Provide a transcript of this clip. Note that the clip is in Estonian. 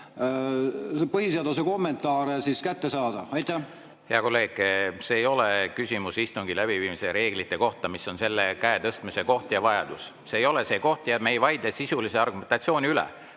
põhiseaduse kommentaare kätte saada. Hea kolleeg, see ei ole küsimus istungi läbiviimise reeglite kohta, mis on selle käetõstmise koht ja vajadus. See ei ole see koht, me ei vaidle sisulise argumentatsiooni üle.